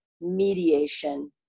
mediation